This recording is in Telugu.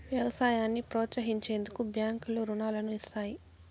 వ్యవసాయాన్ని ప్రోత్సహించేందుకు బ్యాంకులు రుణాలను ఇస్తాయి